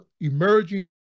emerging